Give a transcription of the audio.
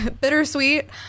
bittersweet